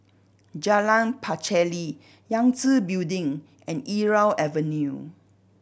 Jalan Pacheli Yangtze Building and Irau Avenue